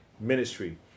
ministry